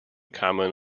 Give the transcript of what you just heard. common